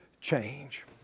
change